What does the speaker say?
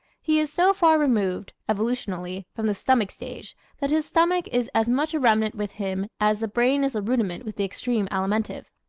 he is so far removed, evolutionally, from the stomach stage that his stomach is as much a remnant with him as the brain is a rudiment with the extreme alimentive.